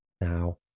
now